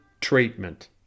treatment